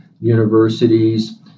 universities